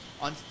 on